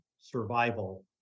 survival